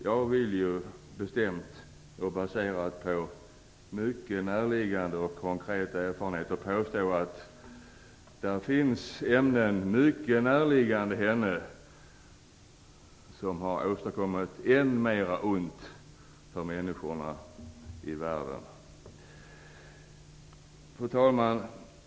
Jag vill bestämt, baserat på mycket konkreta och näraliggande erfarenheter, påstå att det finns ämnen näraliggande henne som har åstadkommit än mer ont för människorna i världen. Fru talman!